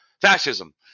Fascism